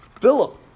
Philip